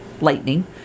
lightning